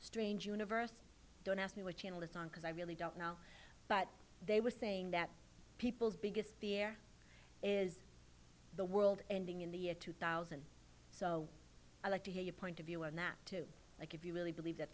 strange universe don't ask me what channel it's on because i really don't know but they were saying that people's biggest fear is the world ending in the year two thousand so i like to hear your point of view on that too like if you really believe that